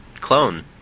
clone